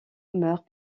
meurt